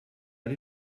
die